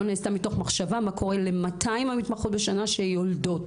ולא נעשתה מתוך מחשבה מה קורה ל-200 המתמחות בשנה שיולדות.